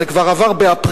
זה כבר באפריל,